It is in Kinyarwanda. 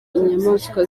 inyamaswa